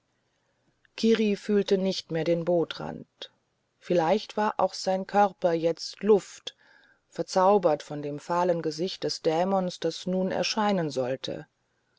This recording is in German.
kiri fühlte nicht mehr den bootrand vielleicht war auch sein körper jetzt luft bezaubert von dem fahlen gesicht des dämons der nun erscheinen sollte